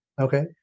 Okay